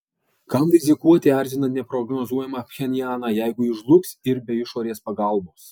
kam rizikuoti erzinant neprognozuojamą pchenjaną jeigu jis žlugs ir be išorės pagalbos